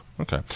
Okay